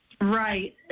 Right